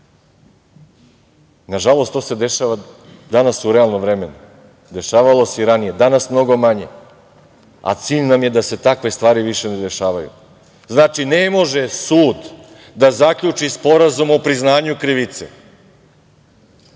to se dešava danas u realnom vremenu, dešavalo se i ranije, danas mnogo manje, a cilj nam je da se takve stvari više ne dešavaju. Znači, ne može sud da zaključi sporazum o priznanju krivice